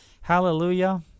Hallelujah